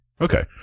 Okay